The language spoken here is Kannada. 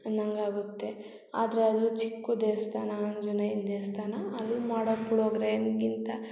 ಅನ್ನಂಗೆ ಆಗುತ್ತೆ ಆದರೆ ಅದು ಚಿಕ್ಕ ದೇವ್ಸ್ಥಾನ ಆಂಜನೇಯಂದು ದೇವ್ಸ್ಥಾನ ಅಲ್ಲಿ ಮಾಡೋ ಪುಳ್ಯೋಗ್ರೆಗಿಂತ